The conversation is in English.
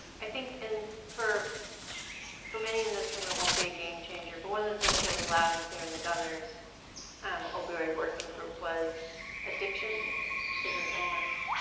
i think for for many in this room, it won't be a game changer, but one of the things that was loud and clear in the governor's um opioid working group was addiction is an illness.